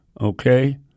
okay